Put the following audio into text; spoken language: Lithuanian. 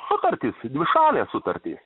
sutartys dvišalės sutartys